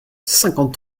cinquante